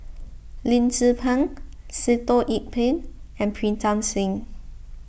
Lim Tze Peng Sitoh Yih Pin and Pritam Singh